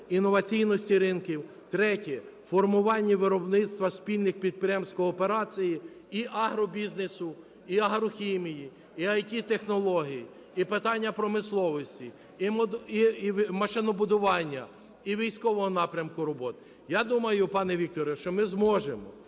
іноваційності ринків, третє – в формуванні виробництва спільних підприємств кооперації і агробізнесу, і агрохімії, і ІТ-технологій, і питання промисловості, і машинобудування, і військового напрямку роботи. Я думаю, пане Вікторе, що ми зможемо